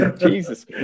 Jesus